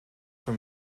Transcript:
for